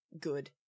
good